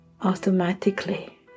automatically